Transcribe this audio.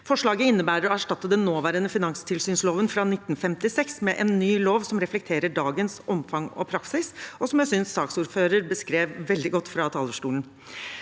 Forslaget innebærer å erstatte den nåværende finanstilsynsloven fra 1956 med en ny lov som reflekterer dagens omfang og praksis, og som jeg synes saksordføreren beskrev veldig godt fra talerstolen.